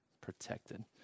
protected